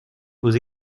vos